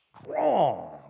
strong